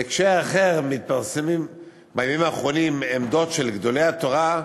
בהקשר אחר מתפרסמות בימים האחרונים עמדות של גדולי התורה,